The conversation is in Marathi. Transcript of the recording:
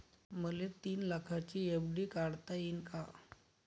मले तीन लाखाची एफ.डी काढता येईन का?